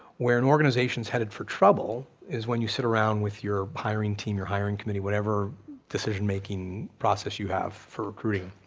where an organization's headed for trouble is when you sit around with your hiring team, your hiring committee, whatever decision making process you have for recruiting,